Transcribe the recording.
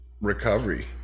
Recovery